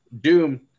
Doom